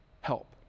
help